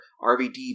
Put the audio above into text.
RVD